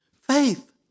Faith